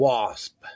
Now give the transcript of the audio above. Wasp